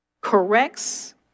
corrects